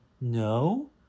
no